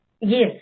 Yes